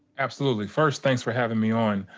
absolutely. first, thanks for having me on.